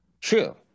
true